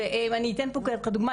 אני אתן פה ככה דוגמא,